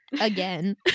again